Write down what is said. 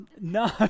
no